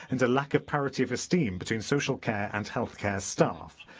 and a lack of parity of esteem between social care and healthcare staff.